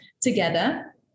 together